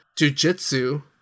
jujitsu